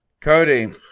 Cody